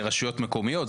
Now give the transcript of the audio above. זה רשויות מקומיות,